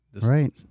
right